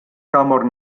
kamor